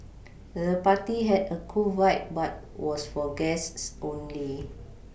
the party had a cool vibe but was for guests only